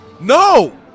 no